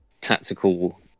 tactical